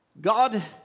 God